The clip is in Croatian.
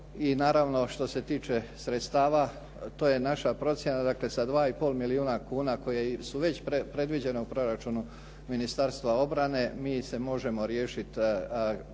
I naravno, što se tiče sredstava to je naša procjena, dakle sa 2,5 milijuna kuna koji su već predviđeni u proračunu Ministarstva obrane mi se možemo riješiti